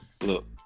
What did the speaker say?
Look